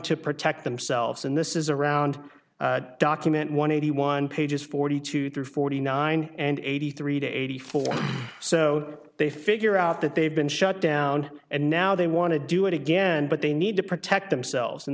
to protect themselves and this is around document one eighty one pages forty two through forty nine and eighty three to eighty four so they figure out that they've been shut down and now they want to do it again but they need to protect themselves and